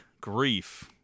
grief